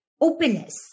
openness